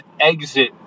exit